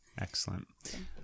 excellent